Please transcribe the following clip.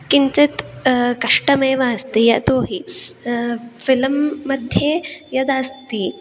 किञ्चित् कष्टमेव अस्ति यतो हि फ़िलं मध्ये यदस्ति